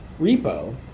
repo